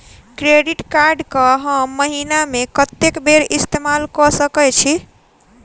Credit card कऽ हम महीना मे कत्तेक बेर इस्तेमाल कऽ सकय छी?